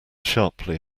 sharply